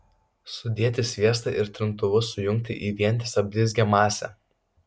sudėti sviestą ir trintuvu sujungti į vientisą blizgią masę